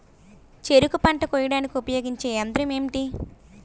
చెరుకు పంట కోయడానికి ఉపయోగించే యంత్రం ఎంటి?